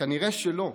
נראה שלא,